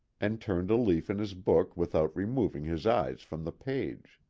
and turned a leaf in his book without removing his eyes from the page.